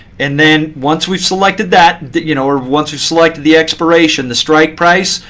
and then once we've selected that that you know or once you select the expiration, the strike price,